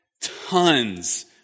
tons